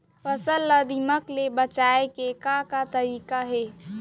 फसल ला दीमक ले बचाये के का का तरीका हे?